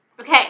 Okay